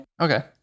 Okay